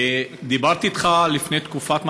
דיברתי איתך לפני תקופה,